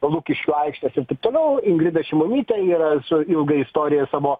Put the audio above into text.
lukiškių aikštės ir taip toliau ingrida šimonytė yra su ilga istorija savo